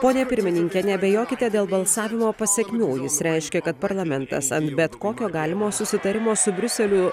pone pirmininke neabejokite dėl balsavimo pasekmių jis reiškia kad parlamentas ant bet kokio galimo susitarimo su briuseliu